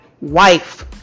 wife